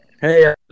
Hey